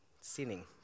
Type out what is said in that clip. sinning